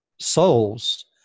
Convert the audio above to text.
Souls